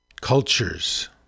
cultures